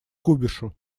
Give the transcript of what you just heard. кубишу